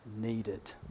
needed